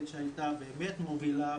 שהייתה באמת מובילה,